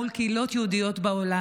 מול קהילות יהודיות בעולם,